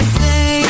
say